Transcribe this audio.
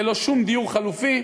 ללא שום דיור חלופי,